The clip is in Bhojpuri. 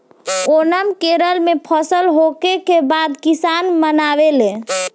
ओनम केरल में फसल होखे के बाद किसान मनावेले